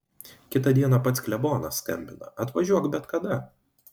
kitą dieną pats klebonas skambina atvažiuok bet kada